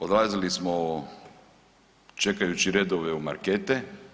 Odlazili smo čekajući redove u markete.